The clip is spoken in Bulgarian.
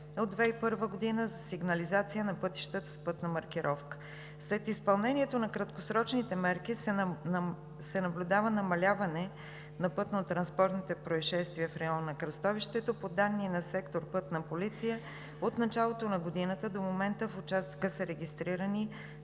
от 2001 г. за сигнализация на пътищата с пътна маркировка. След изпълнението на краткосрочните мерки се наблюдава намаляване на пътнотранспортните произшествия в района на кръстовището. По данни на сектор „Пътна полиция“ от началото на годината до момента в участъка са регистрирани